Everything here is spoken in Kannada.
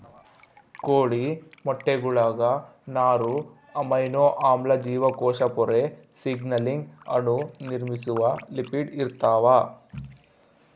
ಕೋಳಿ ಮೊಟ್ಟೆಗುಳಾಗ ನಾರು ಅಮೈನೋ ಆಮ್ಲ ಜೀವಕೋಶ ಪೊರೆ ಸಿಗ್ನಲಿಂಗ್ ಅಣು ನಿರ್ಮಿಸುವ ಲಿಪಿಡ್ ಇರ್ತಾವ